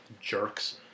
Jerks